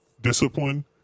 discipline